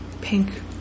pink